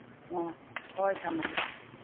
ꯑꯣ ꯍꯣꯏ ꯊꯝꯃꯒꯦ